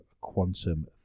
Quantum